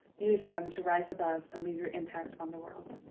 use them to rise above and leave your impact on the world.